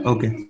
Okay